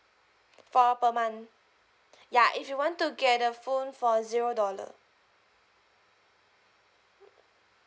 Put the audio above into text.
for per month ya if you want to get a phone for zero dollar